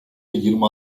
yirmi